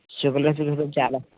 చాలా